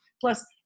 Plus